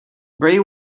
bray